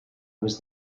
was